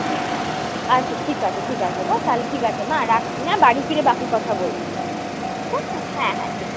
ঠিক আছে আচ্ছা ঠিক আছে ঠিক আছে মা তাহলে ঠিক আছে মা রাখছি হ্যাঁ বাড়ি ফিরে বাকি কথা বলছি ঠিক আছে হ্যাঁ হ্যাঁ ঠিক আছে